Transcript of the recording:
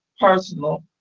personal